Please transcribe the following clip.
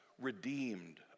redeemed